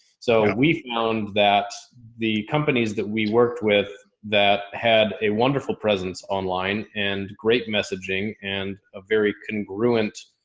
so we've found that the companies that we worked with that had a wonderful presence online and great messaging and a very congruent,